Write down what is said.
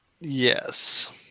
Yes